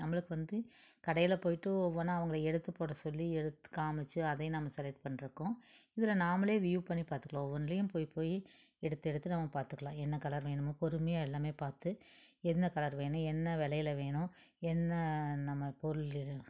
நம்மளுக்கு வந்து கடையில் போய்ட்டு ஒவ்வொன்றா அவங்கள எடுத்துப்போட சொல்லி எடுத்து காமித்து அதையை நாம் செலெக்ட் பண்றதுக்கும் இதில் நாம்மளே வ்யூ பண்ணி பார்த்துக்கலாம் ஒவ்வொன்றுலையும் போய் போய் எடுத்து எடுத்து நம்ம பார்த்துக்கலாம் என்ன கலர் வேணுமோ பொறுமையாக எல்லாமே பார்த்து என்ன கலர் வேணும் என்ன விலையில வேணும் என்ன நம்ம பொருள்